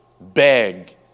beg